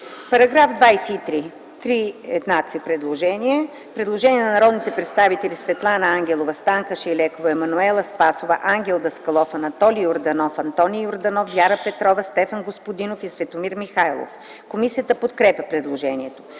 които са с еднакъв смисъл. Предложение на народните представители Светлана Ангелова, Станка Шайлекова, Мануела Спасова, Ангел Даскалов, Анатолий Йорданов, Антоний Йорданов, Вяра Петрова, Стефан Господинов и Светомир Михайлов. Комисията подкрепя предложението.